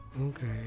okay